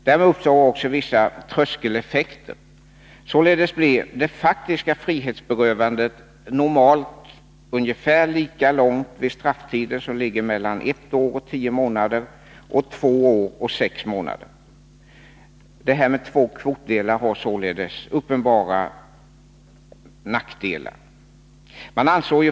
Därmed uppstår också vissa tröskeleffekter; således blir det faktiska frihetsberövandet normalt ungefär lika långt vid strafftider som ligger mellan ett år och tio månader och två år och sex månader. Detta med två kvotdelar har alltså uppenbara nackdelar.